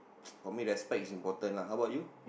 for me respect is important lah how about you